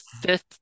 fifth